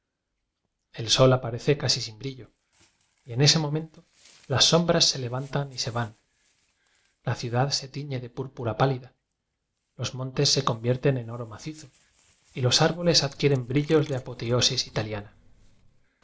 el sol aparece casi sin brillo y en ese momento las sombras se levantan y se van la ciudad se tiñe de púrpura pálida los montes se convierten en oro macizo y los árboles adquieren brillos de apoteosis italiana